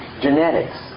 genetics